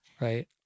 Right